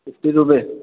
fifty रुपए